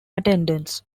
attendance